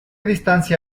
distancia